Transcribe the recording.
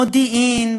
מודיעין,